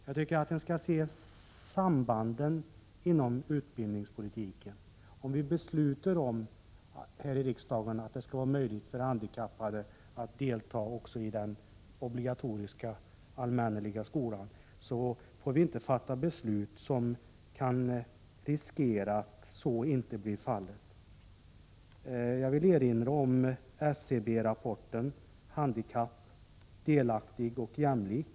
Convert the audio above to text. Jag anser att vi måste se sambanden inom utbildningspolitiken. Om riksdagen fattar beslutet att det skall vara möjligt för handikappade att delta i den allmänna obligatoriska skolan, får inte riksdagen fatta beslutet på ett sådant sätt att de handikappade riskerar att inte få delta. Jag vill erinra om SCB-rapporten Handikapp — delaktig och jämlik?